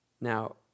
Now